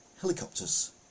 helicopters